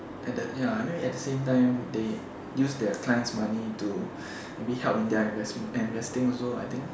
at the ya maybe at the same time they use their client's money to maybe help in their investment and investing also I think